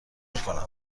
کنم